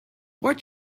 what